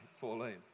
Pauline